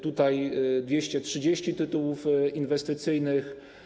Tutaj mamy 230 tytułów inwestycyjnych.